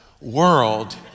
world